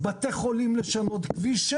תודה, אופיר.